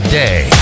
day